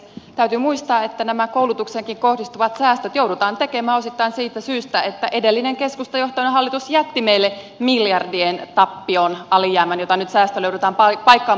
täytyy muistaa että nämä koulutukseenkin kohdistuvat säästöt joudutaan tekemään osittain siitä syystä että edellinen keskustajohtoinen hallitus jätti meille miljardien tappion alijäämän jota nyt säästöillä joudutaan paikkaamaan